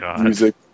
music